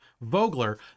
Vogler